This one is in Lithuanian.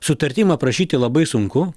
sutartim aprašyti labai sunku